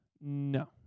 No